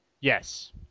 Yes